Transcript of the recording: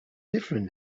different